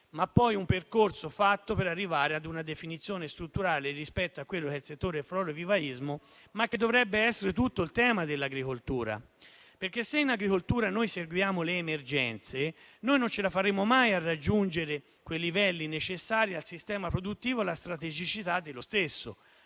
un percorso per arrivare a una definizione strutturale del settore del florovivaismo, che dovrebbe riguardare però tutto il tema dell'agricoltura. Se in agricoltura noi seguiamo le emergenze, non ce la faremo mai a raggiungere quei livelli necessari al sistema produttivo e alla strategicità dello stesso.